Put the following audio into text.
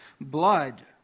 blood